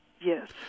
Yes